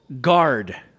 guard